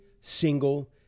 single